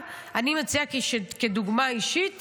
אני מציעה שכדוגמה אישית